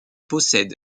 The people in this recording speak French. possède